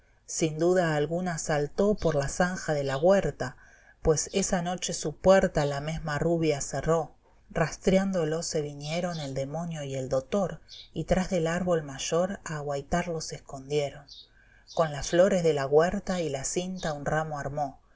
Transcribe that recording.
sin duda alguna saltó por la zanja de la güerta pues esa noche su puerta la mesma rubia cerró rastriándolo se vinieron el demonio y el dotor y tras del árbol mayor a aguaitarlo se escondieron fausto con las flores de la güerta y la cinta un ramo armó